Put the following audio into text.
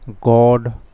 God